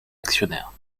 actionnaire